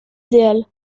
idéal